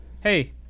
Hey